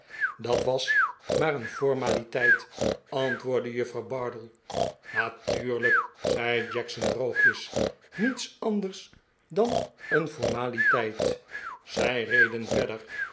dat was maar een formaliteit antwoordde juffrouw bardell natuurlijk zei jackson drbogjes niets anders dan een formaliteit